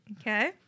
Okay